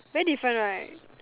very different right